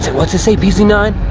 what's it say, p z nine?